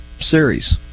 series